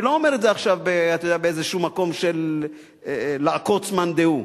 אני לא אומר את זה עכשיו באיזשהו מקום של לעקוץ מאן דהוא.